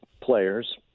players